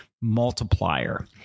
multiplier